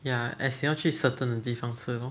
ya as in 要去 certain 的地方吃